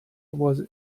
was